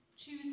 Choose